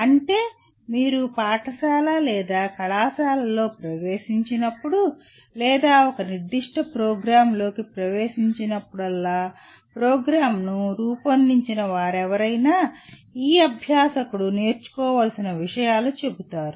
అంటే మీరు పాఠశాల లేదా కళాశాలలో ప్రవేశించినప్పుడు లేదా ఒక నిర్దిష్ట ప్రోగ్రామ్లోకి ప్రవేశించినప్పుడల్లా ప్రోగ్రామ్ను రూపొందించిన వారెవరైనా ఈ అభ్యాసకుడు నేర్చుకోవలసిన విషయాలు చెబుతారు